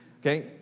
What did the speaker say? Okay